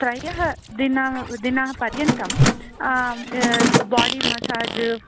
त्रयः दिन दिनपर्यन्तं बाडि मसाज्